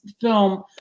film